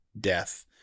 death